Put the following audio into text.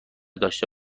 داشته